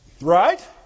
Right